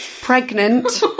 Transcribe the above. pregnant